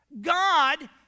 God